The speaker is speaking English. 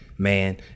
Man